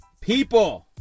people